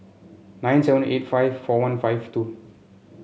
nine seven eight five four one five two